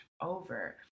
over